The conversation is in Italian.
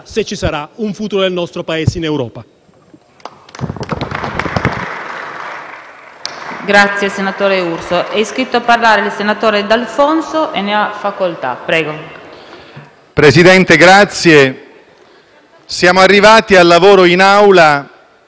Presidente, siamo arrivati al lavoro in Aula dopo un importante lavoro istruttorio in Commissione,